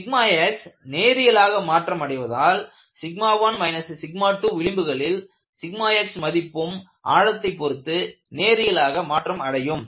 xநேரியலாக மாற்றம் அடைவதால் 1 2விளிம்புகளில் x மதிப்பும் ஆழத்தை பொருத்து நேரியலாக மாற்றம் அடையும்